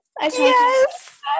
Yes